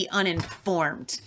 uninformed